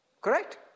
Correct